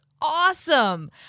awesome